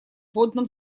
вводном